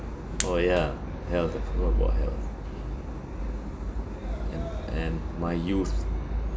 orh ya health grateful about health and my youth